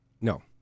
no